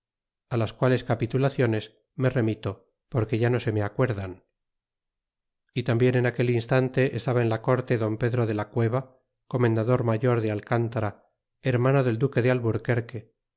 mercedes las quales capitulaciones me remito porque ya no se me acuerdan y lamíbien en aquel instante estaba en la corte don pedro de la cueba comendador mayor de alcntara hermano del duque de alburquerque